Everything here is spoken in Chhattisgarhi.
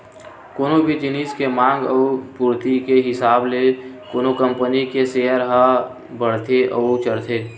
कोनो भी जिनिस के मांग अउ पूरति के हिसाब ले कोनो कंपनी के सेयर ह बड़थे अउ चढ़थे